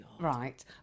Right